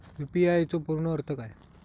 UPI चो पूर्ण अर्थ काय?